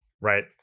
right